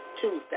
Tuesday